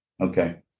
Okay